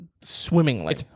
swimmingly